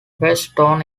firestone